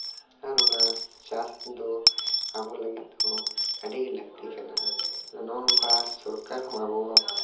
ᱟᱨ ᱚᱱᱟ ᱪᱟᱥ ᱫᱚ ᱟᱵᱚ ᱞᱟᱹᱜᱤᱫ ᱫᱚ ᱟᱹᱰᱤᱜᱮ ᱞᱟᱹᱠᱛᱤ ᱠᱟᱱᱟ ᱟᱫᱚ ᱱᱚᱜᱼᱚᱸᱭ ᱱᱚᱝᱠᱟ ᱥᱚᱨᱠᱟᱨ ᱦᱚᱸ ᱟᱵᱚ